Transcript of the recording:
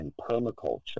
permaculture